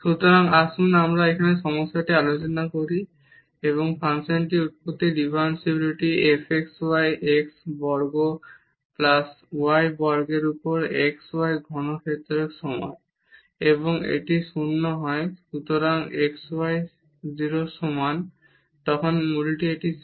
সুতরাং আসুন আমরা এখানে সমস্যাটি আলোচনা করি এই ফাংশনটির উৎপত্তির ডিফারেনশিবিলিটি f xy x বর্গ প্লাস y বর্গের উপর xy ঘনক্ষেত্রের সমান এবং এটি 0 হয় যখন xy 0 এর সমান হয় তখন মূলটি এটি 0